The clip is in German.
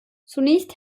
zunächst